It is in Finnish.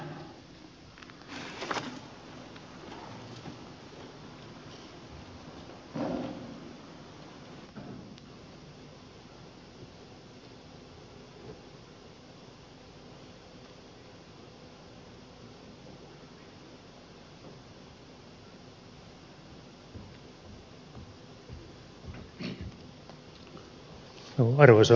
arvoisa puhemies